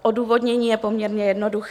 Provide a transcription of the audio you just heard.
Odůvodnění je poměrně jednoduché.